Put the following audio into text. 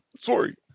Sorry